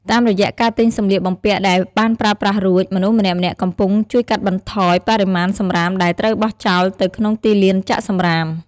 តាមរយៈការទិញសម្លៀកបំពាក់ដែលបានប្រើប្រាស់រួច មនុស្សម្នាក់ៗកំពុងជួយកាត់បន្ថយបរិមាណសំរាមដែលត្រូវបោះចោលទៅក្នុងទីលានចាក់សំរាម។